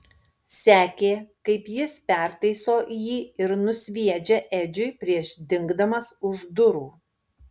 sekė kaip jis pertaiso jį ir nusviedžia edžiui prieš dingdamas už durų